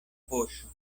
poŝo